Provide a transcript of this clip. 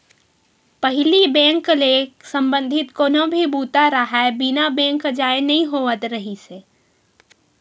पहिली बेंक ले संबंधित कोनो भी बूता राहय बिना बेंक जाए नइ होवत रिहिस हे